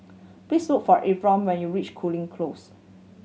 please look for when you reach Cooling Close